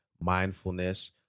Mindfulness